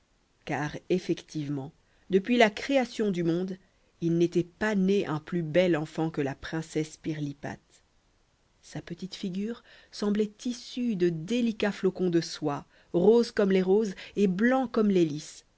car effectivement depuis la création du monde il n'était pas né un plus bel enfant que la princesse pirlipate sa petite figure semblait tissue de délicats flocons de soie roses comme les roses et blancs comme les lis